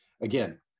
again